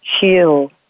heal